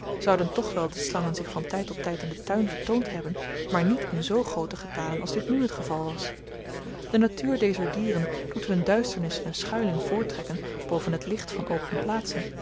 zouden toch wel de slangen zich van tyd tot tyd in den tuin vertoond hebben maar niet in z grooten getale als dit nu t geval was de natuur dezer dieren doet hun duisternis en schuiling voortrekken boven t licht van open plaatsen